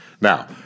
now